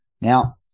Now